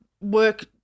work